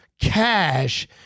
cash